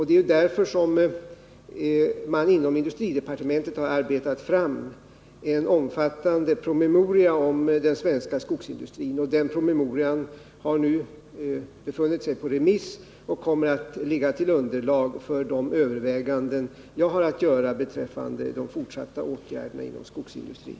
Det är ju därför som man inom industridepartementet har arbetat fram en omfattande promemoria om den svenska skogsindustrin, och den promemorian har nu befunnit sig på remiss och kommer att ligga som underlag för de överväganden jag har att göra beträffande de fortsatta åtgärderna inom skogsindustrin.